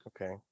Okay